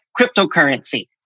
Cryptocurrency